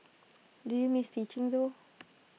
do you miss teaching though